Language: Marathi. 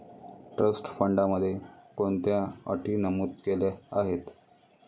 ट्रस्ट फंडामध्ये कोणत्या अटी नमूद केल्या आहेत?